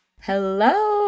Hello